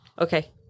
Okay